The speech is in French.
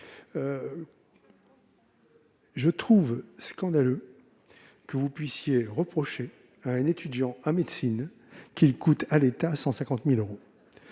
Je trouve scandaleux que vous puissiez reprocher à un étudiant en médecine de coûter à l'État 150 000 euros.